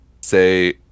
say